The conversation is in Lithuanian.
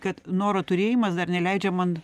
kad noro turėjimas dar neleidžia man